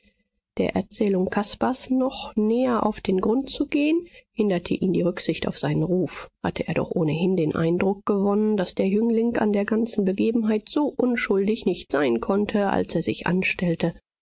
der erzählung caspars noch näher auf den grund zu gehen hinderte ihn die rücksicht auf seinen ruf hatte er doch ohnehin den eindruck gewonnen daß der jüngling an der ganzen begebenheit so unschuldig nicht sein konnte als er sich anstellte